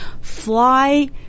fly